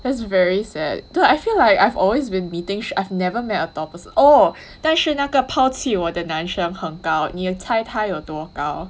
that's very sad then I feel like I've always been meeting sh~ I've never met a tall per~ oh 但是那个抛弃我的男生很高你猜他有多高